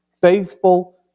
faithful